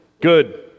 Good